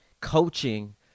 coaching